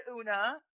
Una